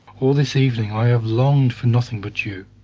all this evening i have longed for nothing but you.